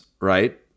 right